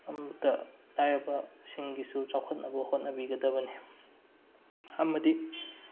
ꯑꯝꯇ ꯂꯥꯏꯔꯕ ꯁꯤꯡꯒꯤꯁꯨ ꯆꯥꯎꯈꯠꯅꯕ ꯍꯣꯠꯅꯕꯤꯒꯗꯕꯅꯤ ꯑꯃꯗꯤ